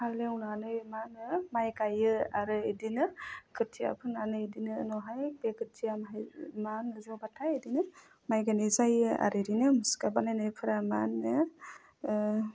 हाल एवनानै मा होनो माइ गायो आरो बिदिनो खोथिया फोनानै इदिनो उनावहाय बे खोथिया माहाय मा जौबाथाय बिदिनो माइ गायनाय जायो आरो बिदिनो मुसुखा बानायनायफोरा मा होनो